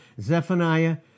Zephaniah